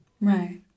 Right